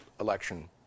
election